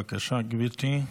בבקשה, גברתי,